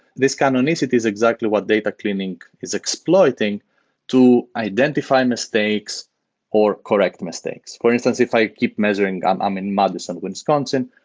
this canonicity is exactly what data cleaning is exploiting to identify mistakes or correct mistakes for instance, if i keep measuring i'm um in madison, wisconsin.